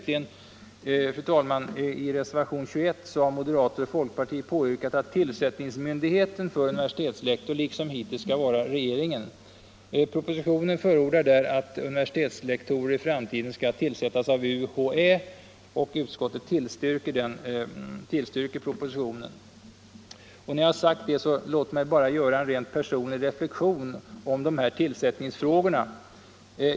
I reservation 21 slutligen har moderater och folkpartister yrkat att tillsättningsmyndighet för tjänst som universitetslektor liksom hittills skall vara regeringen. I propositionen förordas att univeritetslektorer i framtiden skall tillsättas av UHÄ, och utskottet tillstyrker förslaget i propositionen. Låt mig sedan göra en personlig reflexion om tillsättningsfrågorna.